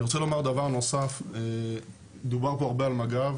אני רוצה לומר דבר נוסף: דובר פה הרבה על מג"ב.